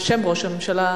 בשם ראש הממשלה,